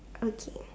okay